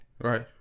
Right